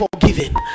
forgiven